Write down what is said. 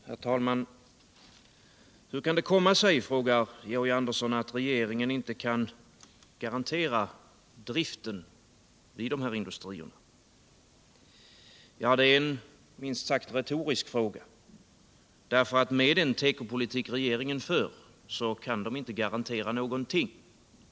Herr talman! Hur kan det komma sig, frågar Georg Andersson, att regeringen inte kan garantera driften vid de här industrierna? Ja, det är en minst sagt retorisk fråga. Med den tekopolitik regeringen för kan man inte garantera någonting.